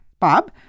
Bob